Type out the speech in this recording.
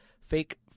Fake